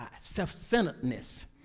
self-centeredness